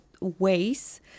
ways